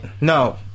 No